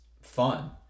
fun